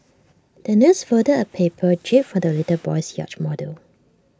the nurse folded A paper jib for the little boy's yacht model